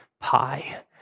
pie